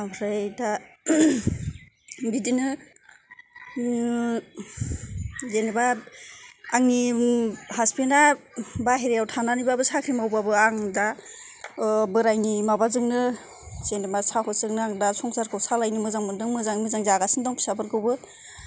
ओमफ्राय दा बिदिनो जेनेबा आंनि मुं हासबेन्दआ बाहेरायाव थानानैबाबो साख्रि मावबाबो आं दा बोरायनि माबाजोंनो जेनेबा साहजजोंनो आं दा संसारखौ सालायनो मोजां मोनदों मोजाङै मोजां जागासिनो दं फिसाफोरखौबो